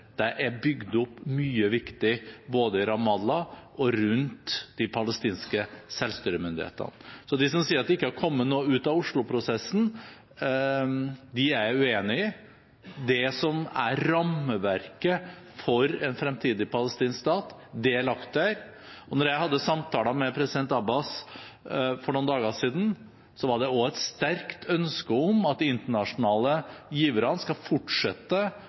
det, er bygd opp mye viktig både i Ramallah og rundt de palestinske selvstyremyndighetene. Så de som sier at det ikke har kommet noe ut av Oslo-prosessen, er jeg uenig med. Det som er rammeverket for en fremtidig palestinsk stat, er lagt der. Da jeg hadde samtaler med president Abbas for noen dager siden, var det også et sterkt ønske om at de internasjonale giverne skal fortsette